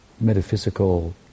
metaphysical